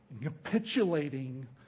Capitulating